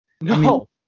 No